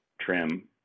trim